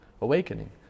awakening